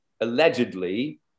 allegedly